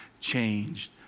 changed